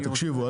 תקשיבו,